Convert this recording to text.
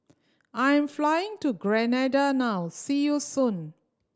I'm flying to Grenada now see you soon